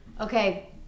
Okay